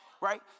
right